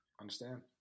understand